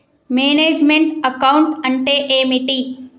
Manage meant account అంటే ఏమిటి?